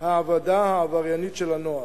ההעבדה העבריינית של הנוער.